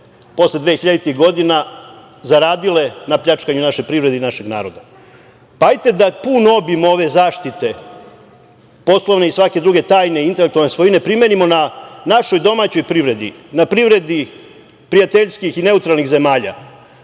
dvehiljaditih godina zaradile na pljačkanju naše privrede i našeg naroda. Hajde da pun obim ove zaštite poslovne i svake druge tajne, intelektualne svojine primenimo na našoj domaćoj privredi, na privredi prijateljskih i neutralnih zemalja,